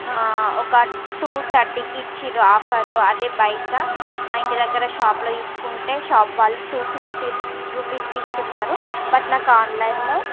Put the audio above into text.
ఒక టూ థర్టీకి ఇచ్చిండ్రు ఆఫర్లో అదే బయట మా ఇంటి దగ్గర షాప్లో తీసుకుంటే షాప్ వాళ్ళు టూ ఫిఫ్టీ రూపీస్కి ఇస్తున్నారు బట్ నాకు ఆన్లైన్లో